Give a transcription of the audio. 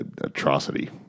atrocity